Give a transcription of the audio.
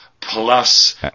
plus